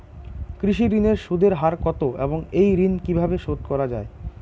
কৃষি ঋণের সুদের হার কত এবং এই ঋণ কীভাবে শোধ করা য়ায়?